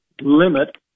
limit